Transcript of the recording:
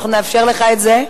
אנחנו נאפשר לך את זה.